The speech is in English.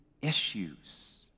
issues